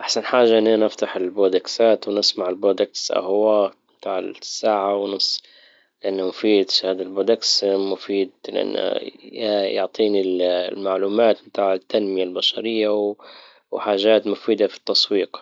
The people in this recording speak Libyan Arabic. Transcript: احسن حاجة اني نفتح البودكسات ونصنع البودكس اهو متاع ساعة ونص انه مفيد هاد البوديكس مفيد انه يعطيني المعلومات متاع التنمية البشرية وحاجات مفيدة في التسويق.